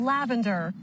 Lavender